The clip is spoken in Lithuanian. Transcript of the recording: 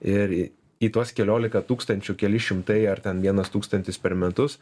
ir į tuos keliolika tūkstančių keli šimtai ar ten vienas tūkstantis per metus